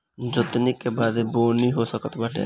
जोतनी के बादे बोअनी हो सकत बाटे